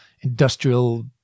industrial